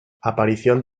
aparición